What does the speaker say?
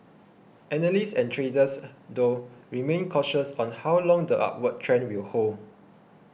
analysts and traders though remain cautious on how long the upward trend will hold